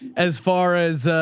as far as